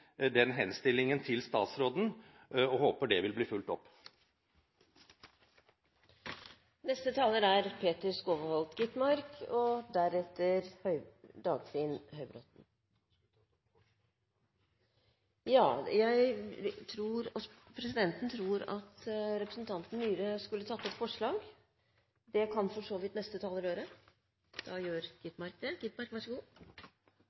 den henstillingen til statsråden, og håper det vil bli fulgt opp. Presidenten tror at representanten Myhre skulle tatt opp forslag. Det kan for så vidt neste taler gjøre. – Da gjør